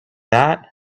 that